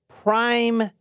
prime